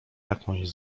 jakąś